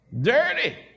Dirty